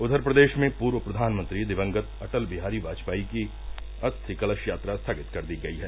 उधर प्रदेश में पूर्व प्रधानमंत्री दिवंगत अटल बिहारी वाजपेयी की अस्थि कलश यात्रा स्थगित कर दी गई है